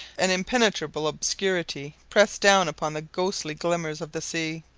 an impenetrable obscurity pressed down upon the ghostly glimmers of the sea.